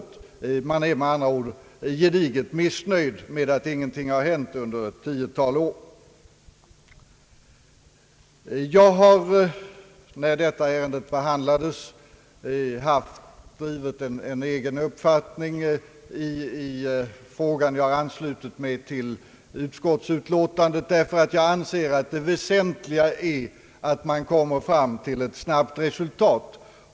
Man är med andra ord gediget missnöjd över att ingenting har hänt under ett 10-tal år. Jag har vid behandlingen av detta ärende drivit en egen uppfattning men till slut anslutit mig till utskottets utlåtande, då det väsentliga enligt min mening är att man snabbt kommer fram till ett resultat.